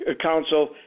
Council